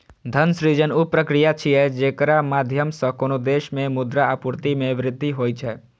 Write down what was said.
धन सृजन ऊ प्रक्रिया छियै, जेकरा माध्यम सं कोनो देश मे मुद्रा आपूर्ति मे वृद्धि होइ छै